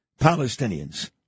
Palestinians